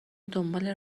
دنبال